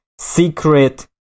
secret